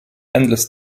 endless